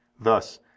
Thus